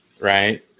right